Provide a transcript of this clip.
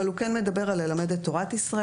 אבל הוא כן מדבר על ללמד את תורת ישראל,